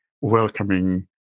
welcoming